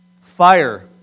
Fire